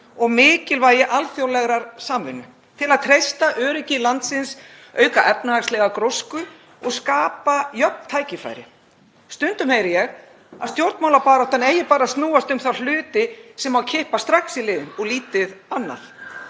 og mikilvægi alþjóðlegrar samvinnu, til að treysta öryggi landsins, auka efnahagslega grósku og skapa jöfn tækifæri. Stundum heyri ég að stjórnmálabaráttan eigi bara að snúast um þá hluti sem má kippa strax í liðinn og lítið annað.